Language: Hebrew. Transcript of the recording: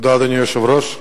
אדוני היושב-ראש,